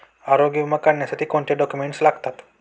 आरोग्य विमा काढण्यासाठी कोणते डॉक्युमेंट्स लागतात?